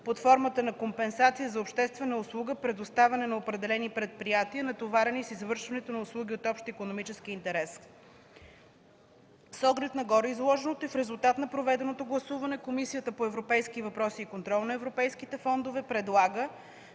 под формата на компенсация за обществена услуга, предоставена на определени предприятия, натоварени с извършването на услуги от общ икономически интерес. С оглед на гореизложеното и в резултат на проведеното гласуване, Комисията по европейските въпроси и контрол на европейските фондове предлага